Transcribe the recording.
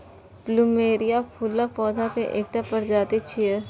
plumeria फूलक पौधा के एकटा प्रजाति छियै